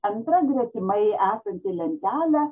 antra gretimai esanti lentelė